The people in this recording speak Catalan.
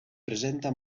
presenta